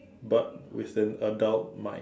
but with an adult mind